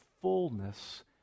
fullness